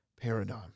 paradigm